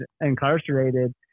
incarcerated